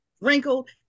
wrinkled